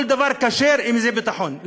כל דבר כשר, אם זה ביטחון.